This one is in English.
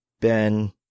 Ben